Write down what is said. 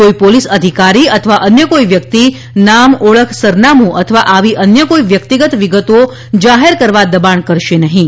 કોઈ પોલીસ અધિકારી અથવા અન્ય કોઈ વ્યક્તિ નામ ઓળખ સરનામું અથવા આવી અન્ય કોઈ વ્યક્તિગત વિગતો જાહેર કરવા દબાણ કરશે નહીં